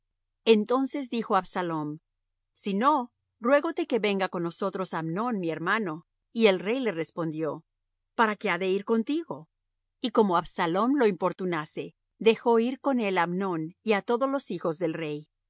entonces dijo absalom si no ruégote que venga con nosotros amnón mi hermano y el rey le respondió para qué ha de ir contigo y como absalom lo importunase dejó ir con él á amnón y á todos los hijos del rey